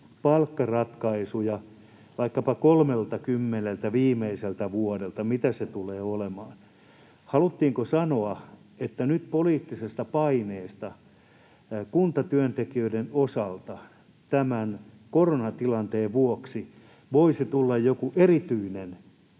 palkkaratkaisuista vaikkapa 30 viimeiseltä vuodelta, mitä se tulee olemaan? Haluttiinko sanoa, että nyt poliittisesta paineesta kuntatyöntekijöiden osalta tämän koronatilanteen vuoksi voisi tulla joku erityinen